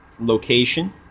location